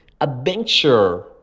adventure